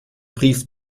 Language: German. brief